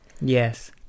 Yes